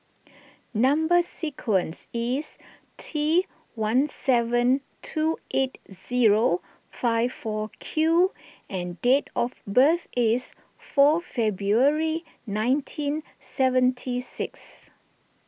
Number Sequence is T one seven two eight zero five four Q and date of birth is four February nineteen seventy six